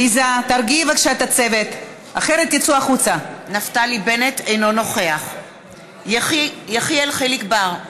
אינו נוכח יחיאל חיליק בר,